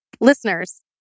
listeners